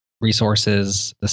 resources